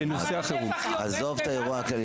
אבל הנפח יורד בלאו הכי.